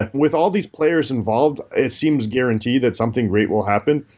and with all these players involved it seems guarantee that something great will happen.